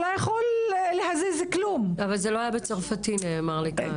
נאמר לי שזה לא היה ניתוח קיסרי צרפתי.